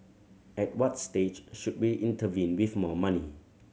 at what stage should we intervene with more money